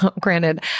granted